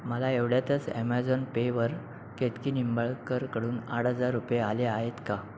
मला एवढ्यातच ॲमेझॉन पेवर केतकी निंबाळकरकडून आठ हजार रुपये आले आहेत का